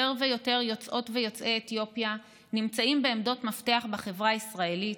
יותר ויותר יוצאות ויוצאי אתיופיה נמצאים בעמדות מפתח בחברה הישראלית,